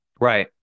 Right